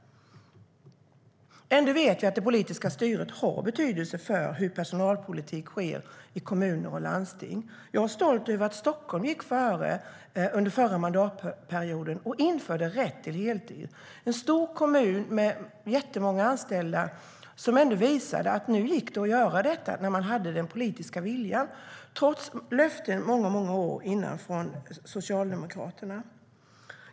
Ändå vet vi att det politiska styret har betydelse för hur personalpolitik sker i kommuner och landsting. Jag var stolt över att Stockholm gick före under förra mandatperioden och införde rätt till heltid. En stor kommun med jättemånga anställda visade att det gick att göra detta nu när man hade den politiska viljan - efter löften många år tidigare från Socialdemokraterna.